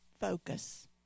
focus